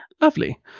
lovely